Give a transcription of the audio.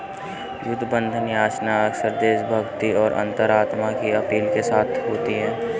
युद्ध बंधन याचना अक्सर देशभक्ति और अंतरात्मा की अपील के साथ होती है